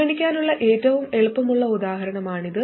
പരിഗണിക്കാനുള്ള ഏറ്റവും എളുപ്പമുള്ള ഉദാഹരണമാണിത്